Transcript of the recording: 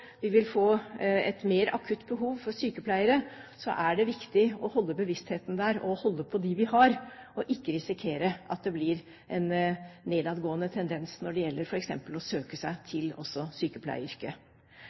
vi vil få et mer akutt behov for sykepleiere, er det viktig å holde bevisstheten der, å holde på dem vi har, og ikke risikere at det blir en nedadgående tendens når det gjelder f.eks. å søke seg